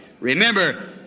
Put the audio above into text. Remember